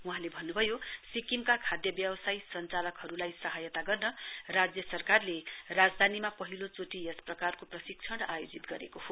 वहाँले भन्नुभयो सिक्किमका खाद्य व्यवसाय संचालकहरूलाई सहायता गर्न राज्य सरकारले राजधानीमा पहिलो चोटि यस प्रकारको प्रशिक्षण आयोजित गरेको हो